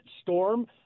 storm